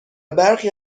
برخی